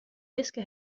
wiske